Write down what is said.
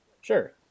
Sure